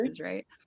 right